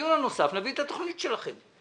ובדיון הנוסף נביא את התוכנית שלכם.